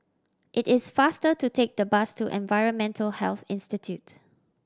it is faster to take the bus to Environmental Health Institute